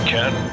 Ken